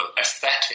aesthetic